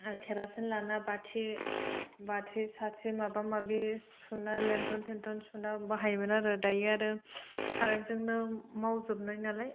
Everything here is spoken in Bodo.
खेरासिन लाना बाथि बाथि साथि माबा माबि सुना लेनटन थेनथन सुना बाहायोमोन आरो दायो आरो खारेन्टजोंनो मावजोबनाय नालाय